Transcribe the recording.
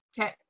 Okay